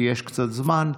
כי יש קצת זמן,